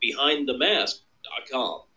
BehindTheMask.com